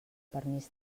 permís